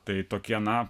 tai tokie na